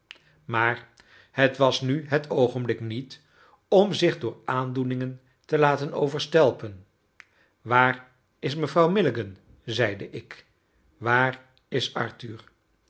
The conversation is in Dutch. maar het was nu het oogenblik niet om zich door aandoeningen te laten overstelpen waar is mevrouw milligan zeide ik waar is arthur